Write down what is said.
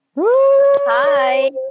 Hi